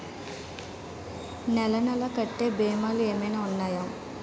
నెల నెల కట్టే భీమాలు ఏమైనా ఉన్నాయా?